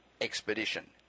expedition